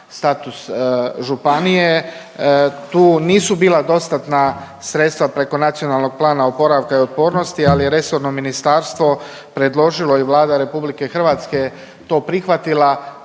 status županije. Tu nisu bila dostatna sredstva preko Nacionalnog plana oporavka o otpornosti ali je resorno ministarstvo predložilo i Vlada RH to prihvatila,